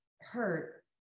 hurt